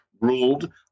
ruled